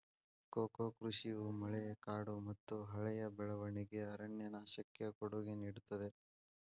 cocoa ಕೃಷಿಯು ಮಳೆಕಾಡುಮತ್ತುಹಳೆಯ ಬೆಳವಣಿಗೆಯ ಅರಣ್ಯನಾಶಕ್ಕೆ ಕೊಡುಗೆ ನೇಡುತ್ತದೆ